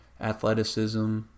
athleticism